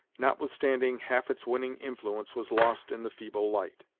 notwithstanding half its winning influence was lost in the feeble light.